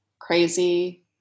crazy